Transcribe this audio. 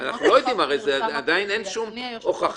אנחנו לא יודעים, הרי עדיין אין שום הוכחה.